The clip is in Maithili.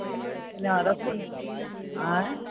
केना रसगुल आँय